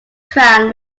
crown